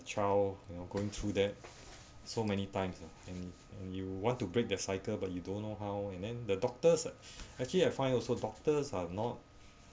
child you know going through that so many times ah and you want to break the cycle but you don't know how and then the doctors actually I find also doctors are not